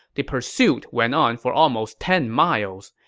the pursuit went on for almost ten miles.